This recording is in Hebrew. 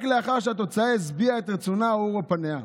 רק לאחר שהתוצאה השביעה את רצונה אורו פניה.